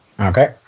Okay